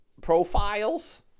profiles